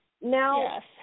Now